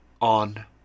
on